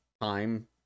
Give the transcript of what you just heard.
time